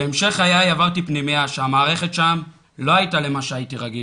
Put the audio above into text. בהמשך חיי עברתי פנימייה שהמערכת שם לא היתה למה שהייתי רגיל.